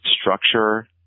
structure